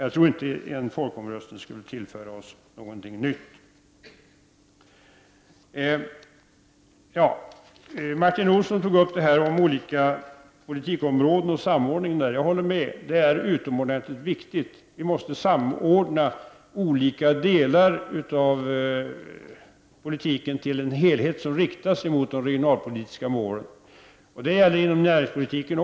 Jag tror inte att en folkomröstning skulle tillföra oss någonting nytt. Martin Olsson tog upp olika politikområden och samordningen mellan dem. Jag håller med honom om att det är en utomordentligt viktig fråga. Vi måste samordna olika delar av politiken till en helhet som riktas mot de regionalpolitiska målen. Det gäller även inom näringspolitiken.